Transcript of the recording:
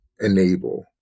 enable